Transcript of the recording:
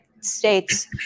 States